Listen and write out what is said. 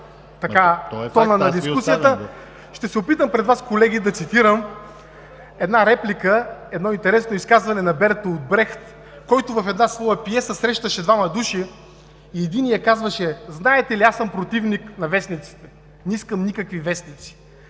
факт. АЛЕКСАНДЪР СИМОВ: …ще се опитам пред Вас, колеги, да цитирам една реплика, едно интересно изказване на Бертолт Брехт, който в една своя пиеса срещаше двама души и единият казваше: „Знаете ли, аз съм противник на вестниците. Не искам никакви вестници.“